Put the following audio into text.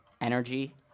energy